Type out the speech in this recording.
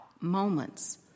moments